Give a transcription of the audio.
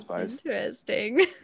interesting